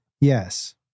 yes